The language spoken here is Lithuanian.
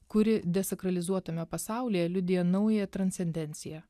kuri desakralizuotame pasaulyje liudija naują transcendenciją